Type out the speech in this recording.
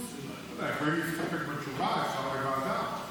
יכולים להסתפק בתשובה, אפשר לוועדה.